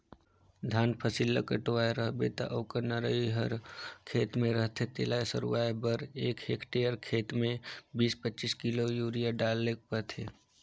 धान फसिल ल कटुवाए रहबे ता ओकर नरई हर खेते में रहथे तेला सरूवाए बर एक हेक्टेयर खेत में बीस पचीस किलो यूरिया डालेक परथे